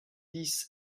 dix